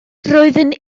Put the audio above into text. roeddwn